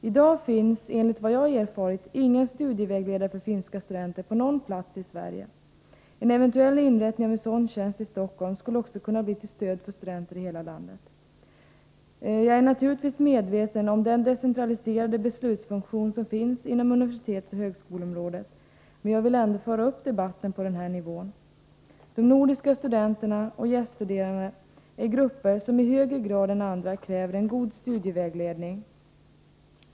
I dag finns, enligt vad jag erfarit, ingen Studisvägledaresd för finska studenter på någon plats i Sverige. Ett eventuellt inrättande av en sådan tjänst i Stockholm skulle också kunna bli till stöd för studenter i hela landet. Jag är naturligtvis medveten om den decentraliserade beslutsfunktion som finns inom universitetsoch högskoleområdet, men jag vill ändå föra upp debatten på denna nivå. De nordiska studenterna och gäststudenterna är grupper som i högre grad än andra kräver en god studievägledning.